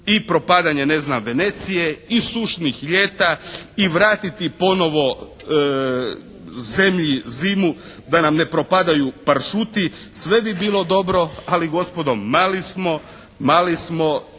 i propadanje ne znam Venecije i sušnih ljeta i vratiti ponovo zemlji zimu da nam ne propadaju pršuti. Sve bi bilo dobro, ali gospodo mali smo, iako se